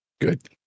Good